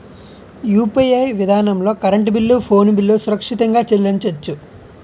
UPI విధానంలో current bill phone bill సురక్షితంగా చెల్లించొచ్చు